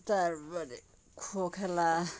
খো খেলা